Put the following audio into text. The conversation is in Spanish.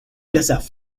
plazas